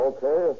Okay